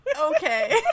Okay